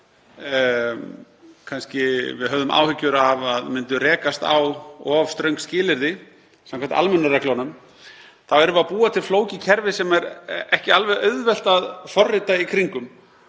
sem við höfðum áhyggjur af að myndu rekast á of ströng skilyrði samkvæmt almennum reglum, þá erum við að búa til flókið kerfi sem er ekki alveg auðvelt að forrita í kringum